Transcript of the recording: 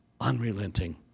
unrelenting